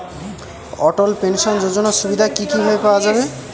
অটল pension যোজনার সুবিধা কি ভাবে পাওয়া যাবে?